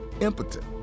impotent